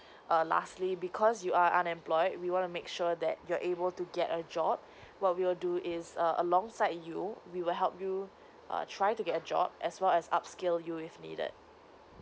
err lastly because you are unemployed we wanna make sure that you're able to get a job what we'll do is err alongside you we will help you err trying to get a job as well as upskill you if needed